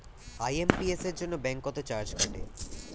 IMPS এর জন্য bank কত চার্জ কাটে?